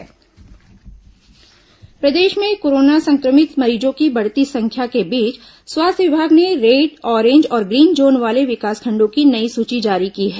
red orange zone प्रदेश में corona संक्रमित मरीजों की बढ़ती संख्या के बीच स्वास्थ्य विभाग ने रेड ऑरेंज और ग्रीन जोन वाले विकासखंडों की नई सूची जारी की है